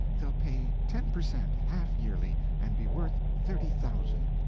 they'll pay ten per cent. half yearly, and be worth thirty thousand.